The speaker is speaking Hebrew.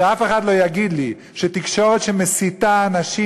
שאף אחד לא יגיד לי שתקשורת שמסיתה אנשים